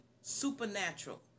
supernatural